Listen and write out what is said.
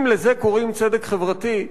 אם לזה קוראים צדק חברתי,